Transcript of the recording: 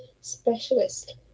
specialist